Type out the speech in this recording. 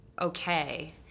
okay